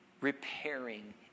repairing